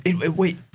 wait